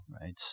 right